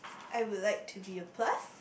I will like to be a plus